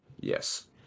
Yes